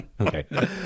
Okay